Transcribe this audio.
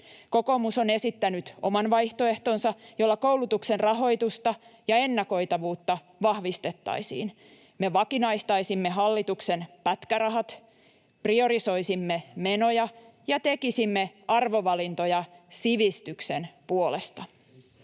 Kokoomus on esittänyt oman vaihtoehtonsa, jolla koulutuksen rahoitusta ja ennakoitavuutta vahvistettaisiin. Me vakinaistaisimme hallituksen pätkärahat, priorisoisimme menoja ja tekisimme arvovalintoja sivistyksen puolesta.